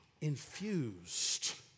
infused